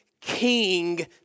King